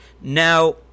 now